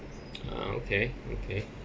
ah okay okay